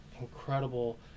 incredible